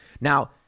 Now